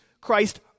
Christ